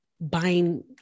buying